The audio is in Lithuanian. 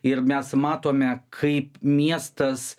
ir mes matome kaip miestas